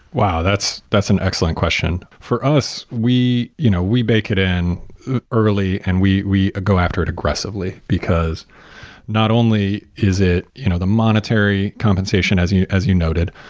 wow. that's that's an excellent question. for us, we you know we bake it in early and we we go after it aggressively, because not only is it you know the monetary compensation as you as you noted.